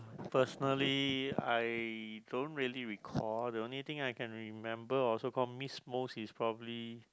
personally I don't really recall the only thing I can remember or so call miss most is probably